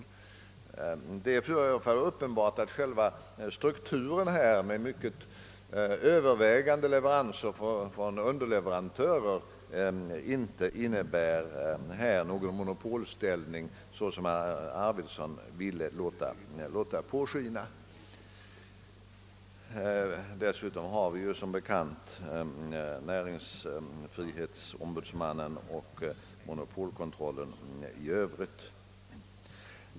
Det är uppenbart att denna organisation — underleverantörer i dominerande utsträckning — inte innebär någon sådan monopolställning, som herr Arvidson försökte göra gällande. Därtill kommer att vi som bekant har en näringsfrihetsombudsman och monopolkontrollen i övrigt.